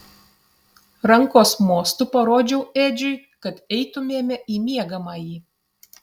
rankos mostu parodžiau edžiui kad eitumėme į miegamąjį